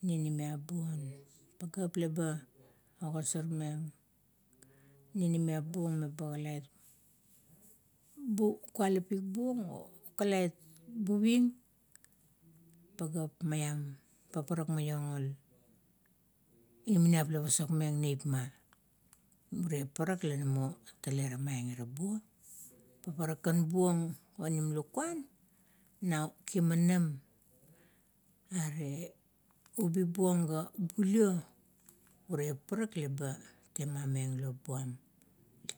Ninimiap buong, pageap laba ogasormeng ninimiap buong meba kalait buy kualapit buong or kalait buving pageap maiam, paparak maiong o inamaniap la pasokmeng neipma, ure paparak la namo tale temaieng ira buo paparak bung kan onim lukuan na kimanam rare ubi buong ga bulio, ure paparak leba temameng lop buam